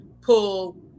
pull